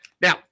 Now